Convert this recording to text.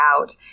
out